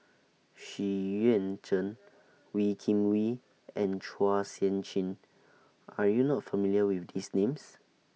Xu Yuan Zhen Wee Kim Wee and Chua Sian Chin Are YOU not familiar with These Names